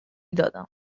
دادم